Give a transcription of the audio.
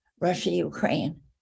Russia-Ukraine